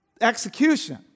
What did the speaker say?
execution